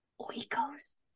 Oikos